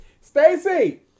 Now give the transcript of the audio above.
Stacy